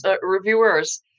reviewers